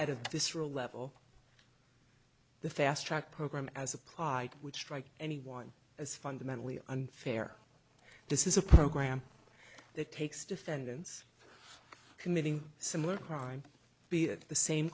at this real level the fast track program as applied would strike anyone as fundamentally unfair this is a program that takes defendants committing similar crimes be it the same